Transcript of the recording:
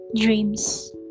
Dreams